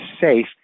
safe